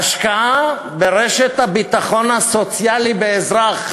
ההשקעה ברשת הביטחון הסוציאלי באזרח,